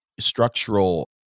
structural